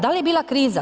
Da li je bila kriza?